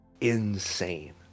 insane